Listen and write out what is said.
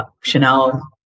Chanel